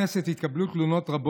יהי זכרו של יהושע מצא ברוך.